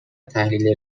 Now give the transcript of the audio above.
تحلیل